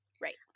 Right